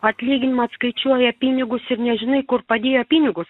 atlyginimo atskaičiuoja pinigus ir nežinai kur padėjo pinigus